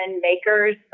makers